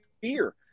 Fear